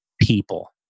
people